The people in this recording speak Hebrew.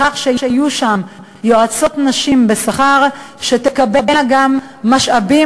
כדי שיהיו שם יועצות נשים בשכר שתקבלנה גם משאבים